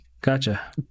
Gotcha